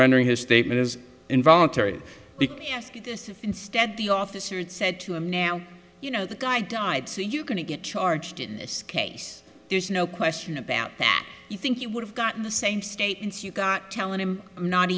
rendering his statement is involuntary yes instead the officer said to him now you know the guy died so you're going to get charged in this case there's no question about that you think he would have gotten the same statements you got telling him not